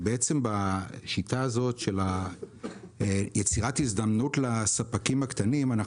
בשיטה הזו של יצירת הזדמנות לספקים הקטנים,